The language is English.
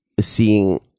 seeing